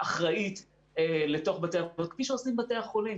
אחראית לתוך בתי האבות, כפי שעושים בתי החולים.